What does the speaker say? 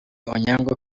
onyango